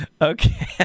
Okay